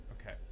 Okay